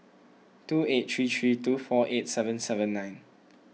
two eight three three two four eight seven seven nine